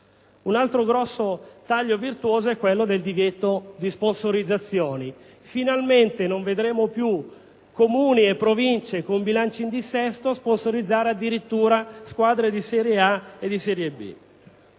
Un altro importante taglio virtuoso è rappresentato dal divieto di sponsorizzazioni: finalmente non vedremo più Comuni o Province con bilanci in dissesto sponsorizzare addirittura squadre di serie A o di serie B.